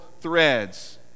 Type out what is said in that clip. threads